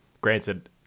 Granted